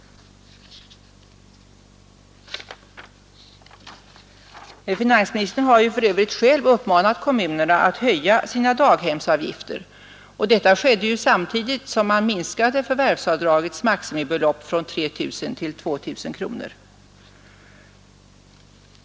Finansministern har för övrigt själv uppmanat kommunerna att höja sina daghemsavgifter, och detta skedde samtidigt som man minskade förvärvsavdragets maximibelopp från 3 000 till 2000 kronor.